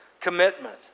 Commitment